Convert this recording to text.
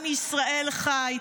עם ישראל חי.